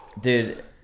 dude